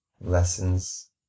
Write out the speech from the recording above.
lessons